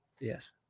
Yes